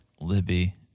Libby